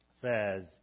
says